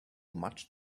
much